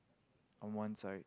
on one side